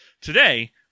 Today